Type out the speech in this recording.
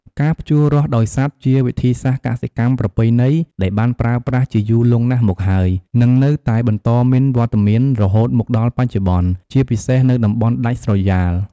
ការភ្ជូររាស់ដោយសត្វជាវិធីសាស្រ្តកសិកម្មប្រពៃណីដែលបានប្រើប្រាស់ជាយូរលង់ណាស់មកហើយ និងនៅតែបន្តមានវត្តមានរហូតមកដល់បច្ចុប្បន្ន ជាពិសេសនៅតំបន់ដាច់ស្រយាល។